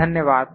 धन्यवाद